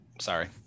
Sorry